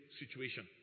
situation